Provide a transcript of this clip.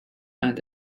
and